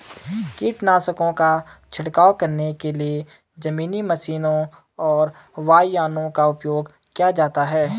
कीटनाशकों का छिड़काव करने के लिए जमीनी मशीनों और वायुयानों का उपयोग किया जाता है